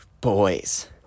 boys